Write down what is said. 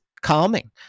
calming